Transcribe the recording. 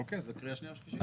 אוקי, אז בקריאה שנייה ושלישית.